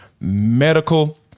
Medical